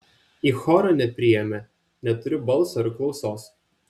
į chorą nepriėmė neturiu balso ir klausos